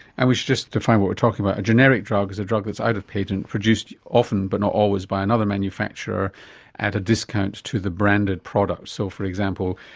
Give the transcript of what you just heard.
and we should just define what we're talking about. a generic drug is a drug that is out of patent, produced often but not always by another manufacturer at a discount to the branded product. so, for example,